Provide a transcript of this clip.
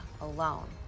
alone